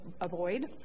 avoid